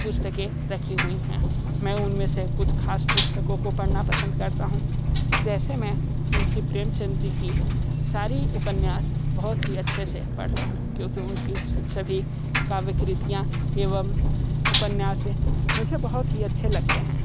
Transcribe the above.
पुस्तकें रखी हुईं हैं मैं उनमें से कुछ खास पुस्तकों को पढ़ना पसंद करता हूँ जैसे मैं मुंशी प्रेमचंद जी की सारी उपन्यास बहुत ही अच्छे से पढ़ता हूँ क्योंकि उनकी सभी काव्य कृतियाँ एवं उपन्यास मुझे बहुत अच्छे लगते हैं